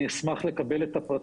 אני חייבת לומר שאני מסכימה פה עם כולם